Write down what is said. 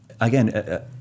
again